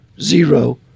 zero